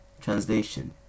Translation